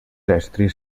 estris